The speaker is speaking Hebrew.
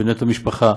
בנטו משפחה,